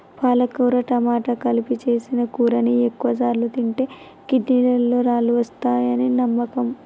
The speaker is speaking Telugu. పాలకుర టమాట కలిపి సేసిన కూరని ఎక్కువసార్లు తింటే కిడ్నీలలో రాళ్ళు వస్తాయని నమ్మకం